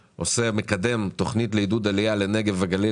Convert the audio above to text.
מקדם תוכנית לעידוד עלייה לנגב וגליל.